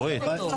אורית, נו.